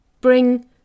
Bring